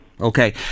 okay